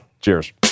Cheers